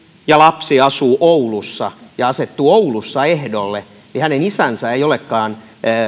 ja lapsi asuu oulussa ja asettuu oulussa ehdolle niin hänen isänsä ei olekaan